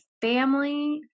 family